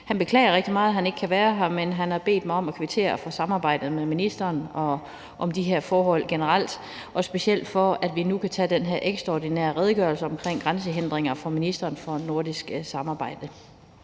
Han beklager rigtig meget, at han ikke kan være her, men han har bedt mig om at kvittere for samarbejdet med ministeren og om de her forhold generelt og specielt for, at vi nu har fået den her ekstraordinære redegørelse omkring grænsehindringer fra ministeren for nordisk samarbejde.